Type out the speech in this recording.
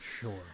Sure